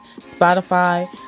Spotify